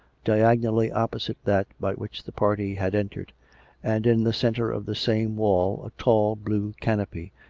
diagonally opposite that by which the party had entered and in the centre of the same wall a tall blue canopy,